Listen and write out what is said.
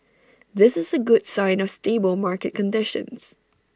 this is A good sign of stable market conditions